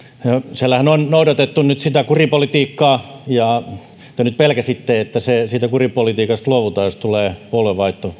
siellähän on noudatettu nyt sitä kuripolitiikkaa ja te nyt vasemmistoliitossa pelkäsitte että siitä kuripolitiikasta luovutaan jos tulee puolueen vaihto